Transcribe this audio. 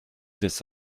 this